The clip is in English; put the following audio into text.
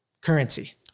currency